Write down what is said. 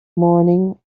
morning